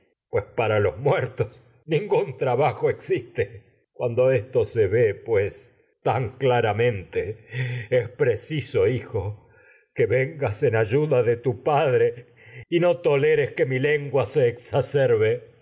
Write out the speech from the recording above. pues pax a los muertos ningún trabajo es existe cuando esto que se ve en pues tan claramente preciso no hijo vengas ayuda de tu padre y toleres que mi lengua se exacerbe